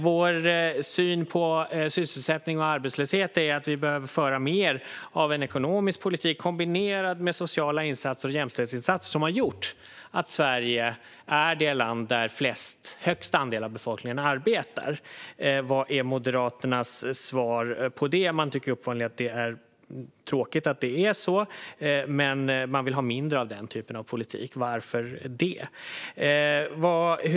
Vår syn på sysselsättning och arbetslöshet är att det behöver föras mer av ekonomisk politik kombinerad med sociala insatser och jämställdhetsinsatser. Sådana har gjort att Sverige är det land där högst andel av befolkningen arbetar. Vad är Moderaternas svar på detta? De tycker uppenbarligen att det är tråkigt att det är så men vill ha mindre av sådan politik. Varför, undrar jag.